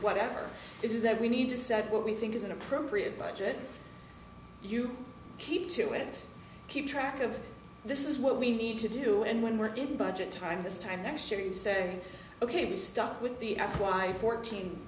whatever this is that we need to set what we think is an appropriate budget you keep to it keep track of this is what we need to do and when we're given budget time this time next year you say ok be stuck with the f y fourteen